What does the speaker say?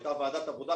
הייתה ועדת העבודה,